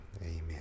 Amen